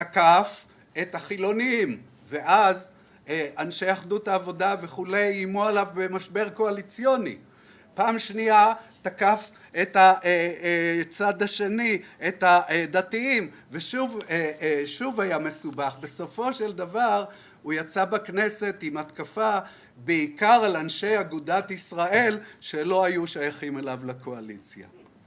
תקף את החילונים, ואז אנשי אחדות העבודה וכו' איימו עליו במשבר קואליציוני. פעם שנייה, תקף את הצד השני, את הדתיים, ושוב, שוב היה מסובך. בסופו של דבר, הוא יצא בכנסת עם התקפה בעיקר על אנשי אגודת ישראל שלא היו שייכים אליו לקואליציה.